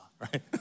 right